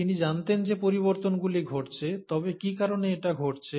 তিনি জানতেন যে পরিবর্তনগুলি ঘটছে তবে কী কারণে এটা ঘটছে